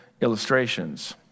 illustrations